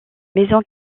maisons